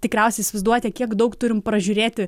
tikriausiai įsivaizduojate kiek daug turim pražiūrėti